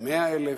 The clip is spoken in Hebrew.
100,000?